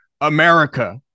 America